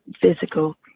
physical